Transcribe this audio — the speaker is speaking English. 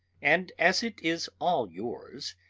and as it is all yours,